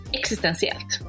existentiellt